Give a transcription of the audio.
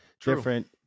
different